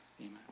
Amen